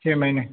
چھ مہینے